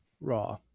Raw